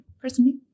personally